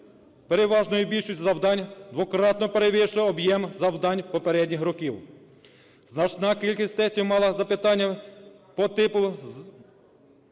переважної більшості завдань двократно перевищував об'єм завдань попередніх років. Значна кількість тестів мала запитання по типу,